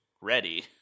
ready